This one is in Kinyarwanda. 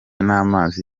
n’amazi